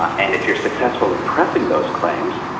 and if you're successful in pressing those claims,